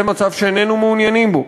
זה מצב שאיננו מעוניינים בו,